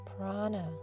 prana